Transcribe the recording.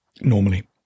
normally